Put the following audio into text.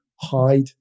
hide